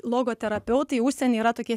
logo terapeutai užsieny yra tokie